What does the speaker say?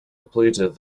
completed